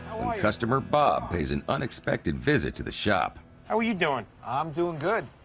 when customer bob pays an unexpected visit to the shop. how are you doing? i'm doing good.